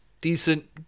decent